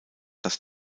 dass